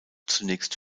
zunächst